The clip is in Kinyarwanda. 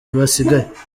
basigaye